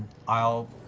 i'll